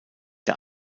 der